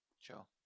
Sure